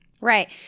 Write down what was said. Right